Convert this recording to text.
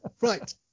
Right